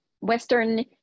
Western